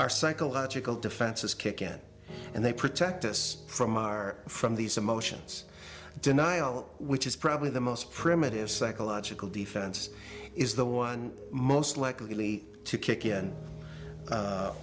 our psychological defenses kick in and they protect us from our from these emotions denial which is probably the most primitive psychological defense is the one most likely to kick in